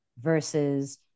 versus